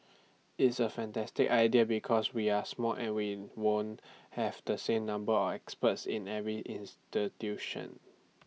it's A fantastic idea because we're small and we won't have the same number of experts in every institution